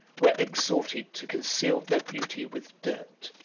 were exhorted to conceal their beauty with dirt,